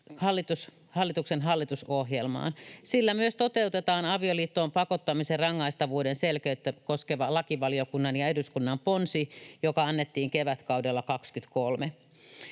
hallituksen hallitusohjelmaan. Sillä myös toteutetaan avioliittoon pakottamisen rangaistavuuden selkeyttä koskeva lakivaliokunnan ja eduskunnan ponsi, joka annettiin kevätkaudella 23.